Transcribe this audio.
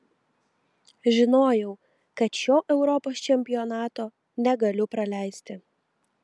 žinojau kad šio europos čempionato negaliu praleisti